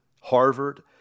Harvard